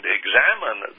examine